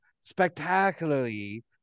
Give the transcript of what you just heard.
spectacularly